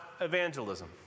evangelism